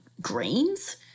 grains